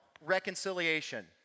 reconciliation